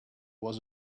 was